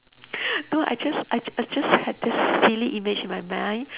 no I just I just I just had this silly image on my mind